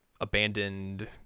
abandoned